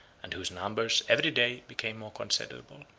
and whose numbers every day became more considerable.